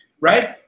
right